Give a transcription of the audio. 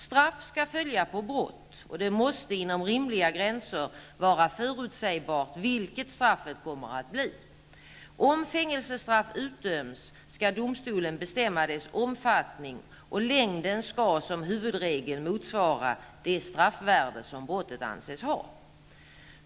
Straff skall följa på brott, och det måste inom rimliga gränser vara förutsägbart vilket straffet kommer att bli. Om fängelsestraff utdöms skall domstolen bestämma dess omfattning, och längden skall som huvudregel motsvara det straffvärde som brottet anses ha.